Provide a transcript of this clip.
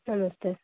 नमस्ते